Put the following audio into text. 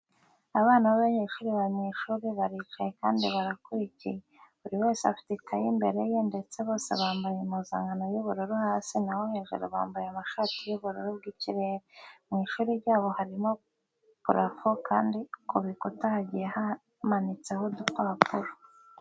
Abana b'abanyeshuri bari mu ishuri, baricaye kandi barakurikiye. Buri wese afite ikayi imbere ye ndetse bose bambaye impuzankano y'ubururu hasi, naho hejuru bambaye amashati y'ubururu bw'ikirere. Mu ishuri ryabo harimo purafo kandi ku bikuta hagiye hamanitseho udupapuro.